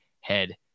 head